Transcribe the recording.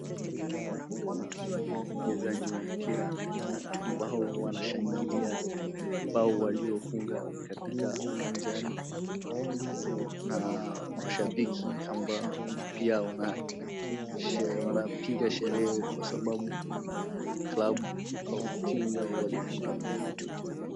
Hapa kuna wachezaji wa mpira ambao wanashangalia mbao waliofunga katika uwanjani na mashibiki ambao pia wanapiga sherehe kwa sababu klabu au timo waliofunga.